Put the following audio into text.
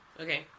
okay